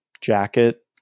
jacket